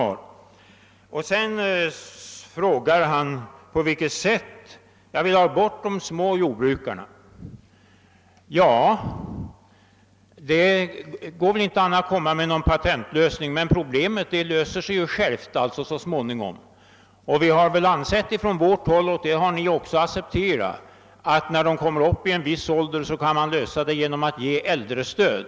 Herr Hansson i Skegrie frågade på vilket sätt jag ville ha bort småjordbrukarna. Det finns inte någon patentlösning, men problemet löser sig så småningom självt. Vi har framfört tanken — och den har ni accepterat — att man när dessa småjordbrukare kommer upp i en viss ålder kan ge dem äldrestöd.